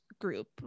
group